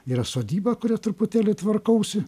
yra sodyba kurią truputėlį tvarkausi